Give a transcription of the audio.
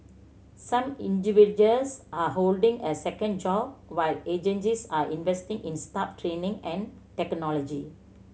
some individuals are holding a second job while agencies are investing in staff training and technology